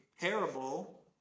parable